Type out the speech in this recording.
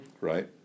right